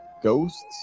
Ghosts